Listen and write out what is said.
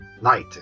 Light